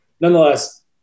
nonetheless